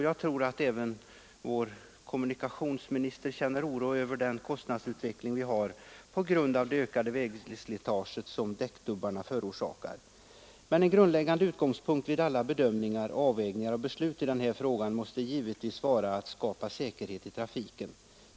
Jag tror att även vår kommunikationsminister känner oro över den kostnadsutveckling som äger rum på grund av det ökade vägslitage som däckdubbarna förorsakar. Men en grundläggande utgångspunkt vid alla bedömningar, avvägningar och beslut i den här frågan måste givetvis vara att skapa säkerhet i trafiken.